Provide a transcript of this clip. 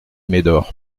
médor